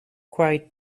quiet